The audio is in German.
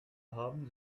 haben